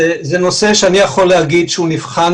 אבל זה נושא שאני יכול להגיד שהוא נבחן